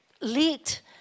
leaked